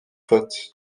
fautes